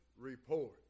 report